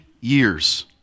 years